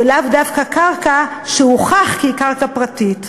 ולאו דווקא קרקע שהוכח כי היא קרקע פרטית.